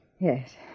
Yes